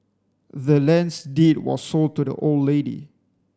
the land's deed was sold to the old lady